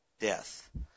death